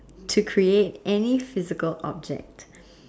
to create any physical object